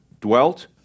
dwelt